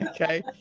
okay